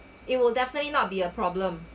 it will definitely not be a problem